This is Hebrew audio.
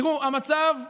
תראו, המצב בנגב,